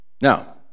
Now